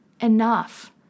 enough